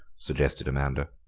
suggested amanda.